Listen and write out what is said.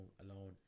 alone